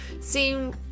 seem